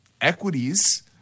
Equities